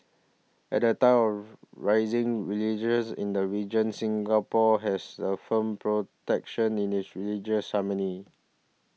at a time of rising religious in the region Singapore has a firm protection in its religious harmony